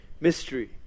mystery